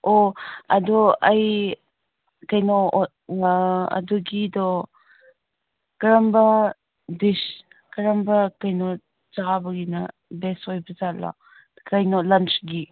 ꯑꯣ ꯑꯗꯣ ꯑꯩ ꯀꯩꯅꯣ ꯑꯗꯨꯒꯤꯗꯣ ꯀꯔꯝꯕ ꯗꯤꯁ ꯀꯔꯝꯕ ꯀꯩꯅꯣ ꯆꯥꯕꯒꯤꯅ ꯕꯦꯁ ꯑꯣꯏꯕꯖꯥꯠꯂ ꯀꯩꯅꯣ ꯂꯟꯁꯒꯤ